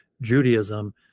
judaism